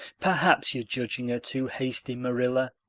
perhaps you're judging her too hasty, marilla.